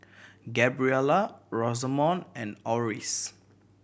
Gabriela Rosamond and Orris